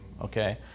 okay